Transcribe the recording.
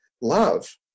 love